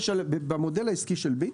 במודל העסקי של "ביט"